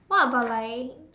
what about like